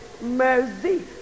Mercy